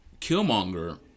Killmonger